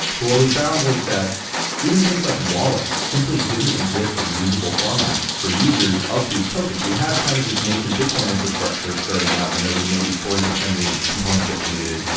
but what we found was that even things like wallets simply didn't exist in usable formats for users of these tokens. so you had kind of this nascent bitcoin infrastructure starting up and there was maybe forty percent of the and components that you needed,